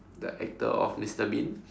the actor of Mister Bean